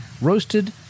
Roasted